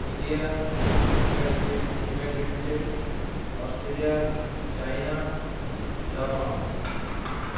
India united state United States Australia China Japan